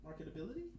marketability